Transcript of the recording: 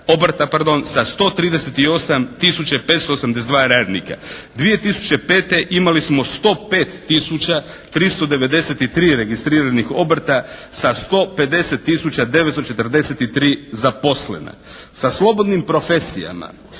i 582 radnika. 2005. imali smo 105 tisuća 393 registriranih obrta sa 150 tisuća 943 zaposlena. Sa slobodnim profesijama